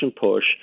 push